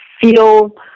feel